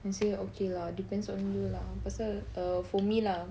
and saya okay lah depends on you lah pasal err for me lah